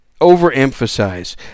overemphasize